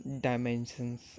dimensions